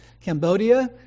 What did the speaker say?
Cambodia